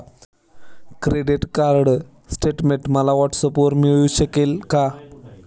Credit card statement मला व्हॉट्सऍपवर मिळू शकेल का?